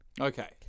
Okay